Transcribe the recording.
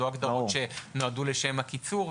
ולא הגדרות שנועדו לשם הקיצור,